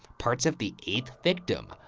parts of the eighth victim,